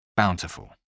Bountiful